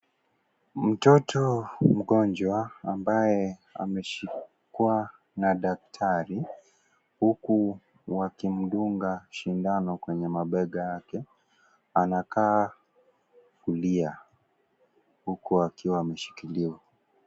Mtoro mgonjwa ambaye ameshikwa na daktari huku wakimdunga shindano kwenye mabega yake anakaa kulia huku akiwa ameshikiliwa.